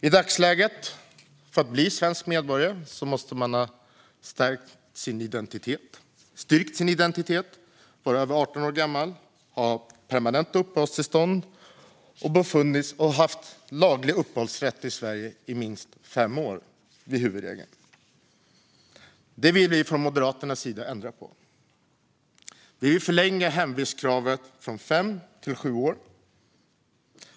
I dagsläget måste man för att bli svensk medborgare ha styrkt sin identitet, vara över 18 år gammal, ha permanent uppehållstillstånd och, enligt huvudregeln, ha haft laglig uppehållsrätt i Sverige i minst fem år. Detta vill vi från Moderaternas sida ändra på. Vi vill förlänga hemvistkravet från fem till sju år.